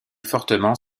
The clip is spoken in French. fortement